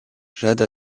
jade